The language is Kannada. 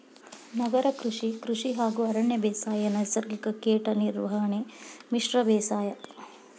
ನಗರ ಕೃಷಿ, ಕೃಷಿ ಹಾಗೂ ಅರಣ್ಯ ಬೇಸಾಯ, ನೈಸರ್ಗಿಕ ಕೇಟ ನಿರ್ವಹಣೆ, ಮಿಶ್ರ ಬೇಸಾಯ